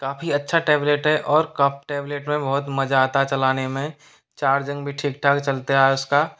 काफ़ी अच्छा टैबलेट है और कप टैबलेट में बहुत मज़ा आता है चलाने में चार्जिंग भी ठीक ठाक चलते है उसका